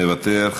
מוותר,